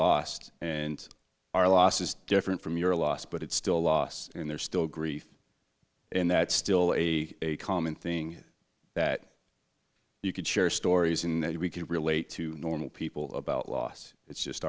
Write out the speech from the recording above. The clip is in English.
lost and our loss is different from your loss but it's still a loss and there's still grief and that's still a common thing that you could share stories in that we could relate to normal people about loss it's just